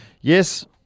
yes